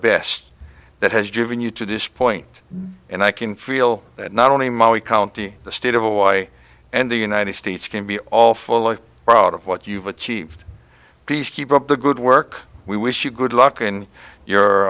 best that has driven you to this point and i can feel that not only my wee county the state of hawaii and the united states can be all full of proud of what you've achieved peace keep up the good work we wish you good luck in your